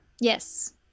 Yes